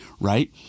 Right